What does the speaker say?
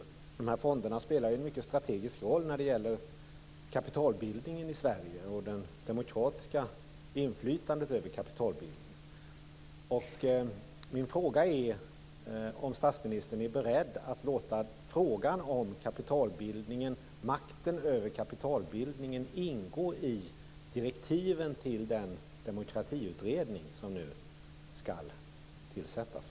De här fonderna spelar en mycket strategisk roll när det gäller kapitalbildningen i Sverige och det demokratiska inflytandet över kapitalbildningen. Min fråga är: Är statsministern beredd att låta frågan om makten över kapitalbildningen ingå i direktiven till den demokratiutredning som nu skall tillsättas?